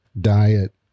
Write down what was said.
diet